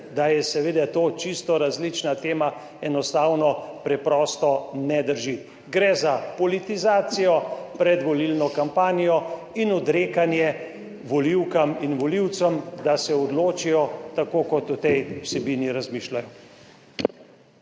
da je seveda to čisto različna tema, enostavno preprosto ne drži, gre za politizacijo predvolilno kampanjo in odrekanje volivkam in volivcem, da se odločijo tako, kot o tej vsebini razmišljajo.